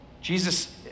jesus